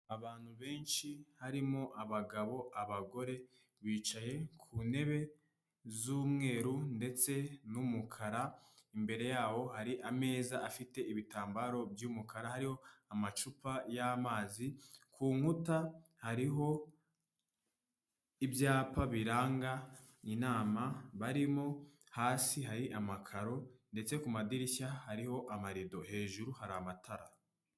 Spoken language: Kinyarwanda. U Rwanda rufite intego yo kongera umukamo n'ibikomoka ku matungo, niyo mpamvu amata bayakusanyiriza hamwe, bakayazana muri kigali kugira ngo agurishwe ameze neza yujuje ubuziranenge.